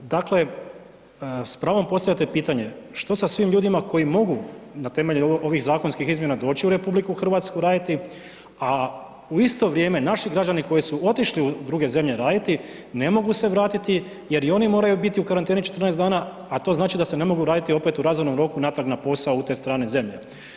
Dakle, s pravom postavljate pitanje, što sa svim ljudima koji mogu na temelju ovih zakonskih izmjena doći u RH raditi a u isto vrijeme naši građani koji su otišli u druge zemlje raditi, ne mogu se vratiti jer i oni moraju biti u karanteni 14 dana a to znači da se ne mogu vratiti opet u razumnom roku natrag na posao u te strane zemlje.